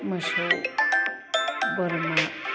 मोसौ बोरमा